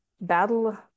battle